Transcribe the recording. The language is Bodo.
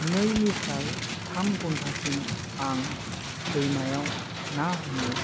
नैनिफ्राय थाम घन्टासिम आं दैमायाव ना हमो